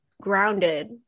grounded